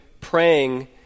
praying